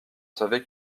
savait